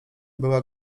była